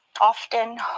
often